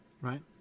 right